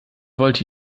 wollte